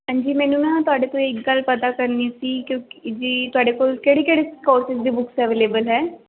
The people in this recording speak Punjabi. ਹਾਂਜੀ ਮੈਨੂੰ ਨਾ ਤੁਹਾਡੇ ਤੋਂ ਇੱਕ ਗੱਲ ਪਤਾ ਕਰਨੀ ਸੀ ਕਿਉਂਕਿ ਜੀ ਤੁਹਾਡੇ ਕੋਲ ਕਿਹੜੇ ਕਿਹੜੇ ਕੋਰਸਿਸ ਦੀ ਬੁੱਕ ਅਵੇਲੇਬਲ ਹੈ